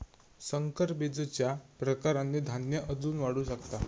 संकर बीजच्या प्रकारांनी धान्य अजून वाढू शकता